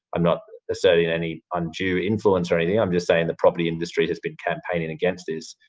i'm not asserting any undue influence or anything, i'm just saying the property industry has been campaigning against this.